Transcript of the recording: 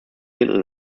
little